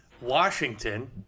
Washington